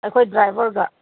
ꯑꯩꯈꯣꯏ ꯗ꯭ꯔꯥꯏꯕꯔꯒ